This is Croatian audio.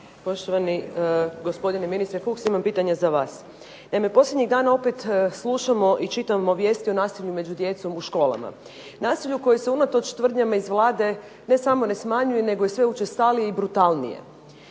Poštovani gospodine ministre Fuchs imam pitanje za vas. Naime posljednjih dana opet slušamo i čitamo vijesti o nasilju među djecom u školama. Nasilju koje se unatoč tvrdnjama iz Vlade ne samo ne smanjuje nego je sve učestalije i brutalnije.